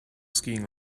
skiing